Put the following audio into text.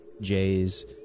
Jay's